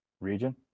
region